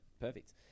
perfect